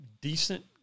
decent